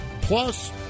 Plus